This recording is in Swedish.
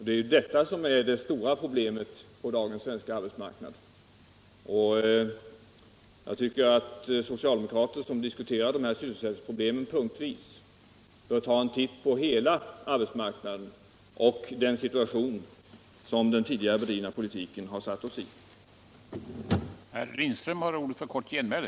Det är detta som är det stora problemet på dagens svenska arbetsmarknad. Socialdemokrater som diskuterar sysselsättningsproblemen punktvis bör ta en titt på hela arbetsmarknaden och den situation som den tidigare bedrivna politiken har satt oss i.